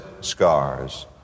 scars